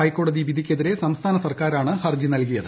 ഹൈക്കോടതി വിധിയ്ക്കെതിരെ സംസ്ഥാന സർക്കാരാണ് ഹർജി നൽകിയത്